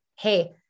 Hey